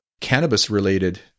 cannabis-related